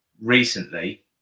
recently